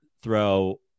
throw